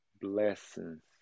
blessings